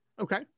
Okay